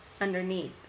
underneath